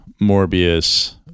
Morbius